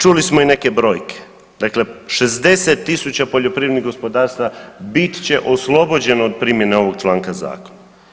Čuli smo i neke brojke, dakle 60.000 poljoprivrednih gospodarstava bit će oslobođeno od primjene ovog članka zakona.